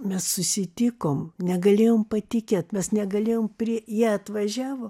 mes susitikom negalėjom patikėt mes negalėjom pri jie atvažiavo